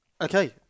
okay